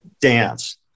dance